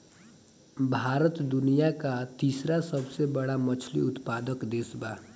भारत दुनिया का तीसरा सबसे बड़ा मछली उत्पादक देश बा